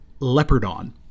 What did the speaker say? Leopardon